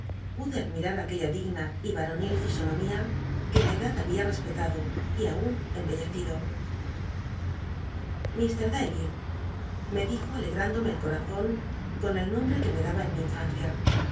pude admha aquella digna y vmonil llsonomía que la celad había respetado y aun emhcllcci lo llfr david me dijo alcgründome el coazon con el nomlll'o e ue me daba en mi infancia